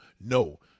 no